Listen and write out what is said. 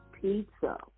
Pizza